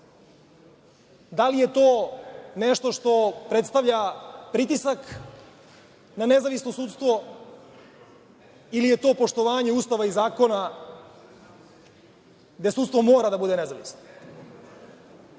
Da li je to nešto što predstavlja pritisak na nezavisno sudstvo ili je to poštovanje Ustava i zakona gde sudstvo mora da bude nezavisno? Da